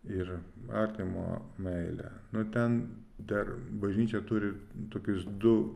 ir artimo meile nu ten dar bažnyčia turi tokius du